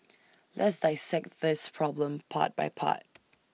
let's dissect this problem part by part